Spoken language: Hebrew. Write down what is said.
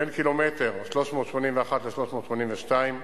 בין קילומטר 381 ל-382,